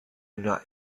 una